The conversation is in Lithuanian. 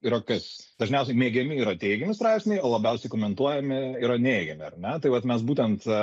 yra kas dažniausiai mėgiami yra teigiami straipsniai o labiausiai komentuojami yra neigiami ar ne tai vat mes būtent